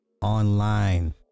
online